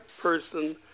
person